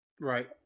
Right